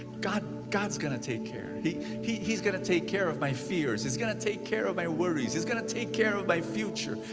god's god's gonna take care. he's he's gonna take care of my fears. he's gonna take care of my worries. he's gonna take care of my future.